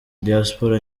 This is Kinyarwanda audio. diaspora